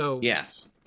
Yes